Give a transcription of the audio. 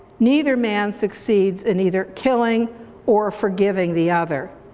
neither man succeeds in either killing or forgiving the other.